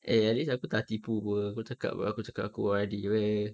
eh at least aku tak tipu apa kau cakap aku cakap aku O_R_D wei